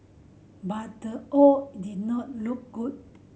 but the odd did not look good